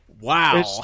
wow